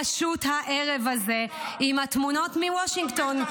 לא, פשוט הערב הזה, עם התמונות מוושינגטון.